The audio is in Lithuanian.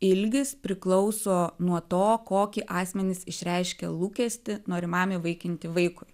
ilgis priklauso nuo to kokį asmenys išreiškė lūkestį norimam įvaikinti vaikui